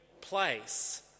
place